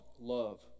love